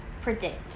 predict